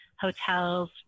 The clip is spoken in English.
hotels